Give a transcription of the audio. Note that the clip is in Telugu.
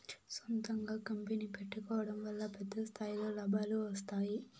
సొంతంగా కంపెనీ పెట్టుకోడం వల్ల పెద్ద స్థాయిలో లాభాలు వస్తాయి